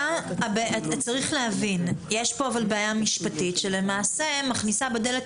צריך להבין שיש כאן בעיה משפטית שלמעשה מכניסה בדלת